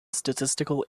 statistical